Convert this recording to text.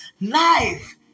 life